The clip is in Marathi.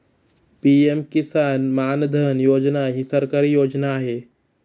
पी.एम किसान मानधन योजना ही सरकारी योजना आहे